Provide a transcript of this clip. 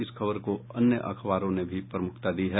इस खबर को अन्य अखबारों ने भी प्रमुखता दी है